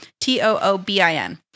T-O-O-B-I-N